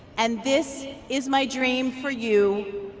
and this is my dream for you,